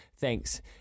Thanks